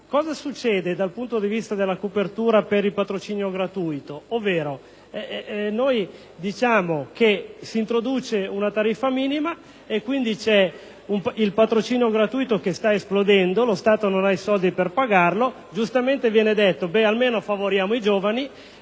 cosa succede dal punto di vista della copertura per il patrocinio gratuito? Noi diciamo che si introduce una tariffa minima. Il patrocinio gratuito sta esplodendo, lo Stato non ha i soldi per pagarlo. Giustamente viene detto: almeno favoriamo i giovani!